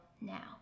now